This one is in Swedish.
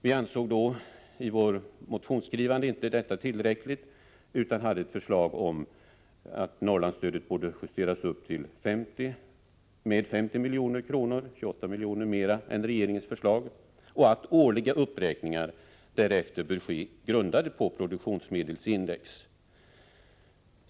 Vid motionsskrivandet ansåg vi att detta inte var tillräckligt, utan hade ett förslag om 50 milj.kr., dvs. 28 milj.kr. mera än regeringens förslag, och att årliga uppräkningar därefter bör ske, grundade på produktionsmedelsindex.